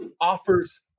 offers